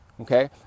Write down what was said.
Okay